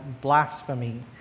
blasphemy